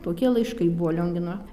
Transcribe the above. tokie laiškai buvo liongino